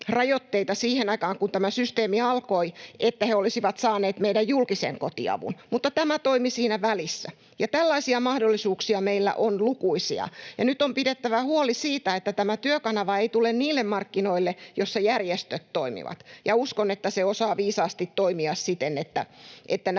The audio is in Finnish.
siihen aikaan, kun tämä systeemi alkoi, että he olisivat saaneet meidän julkisen kotiavun, mutta tämä toimi siinä välissä. Tällaisia mahdollisuuksia meillä on lukuisia, ja nyt on pidettävä huoli siitä, että tämä Työkanava ei tule niille markkinoille, joilla järjestöt toimivat. Ja uskon, että se osaa viisaasti toimia siten, että näin